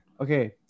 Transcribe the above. okay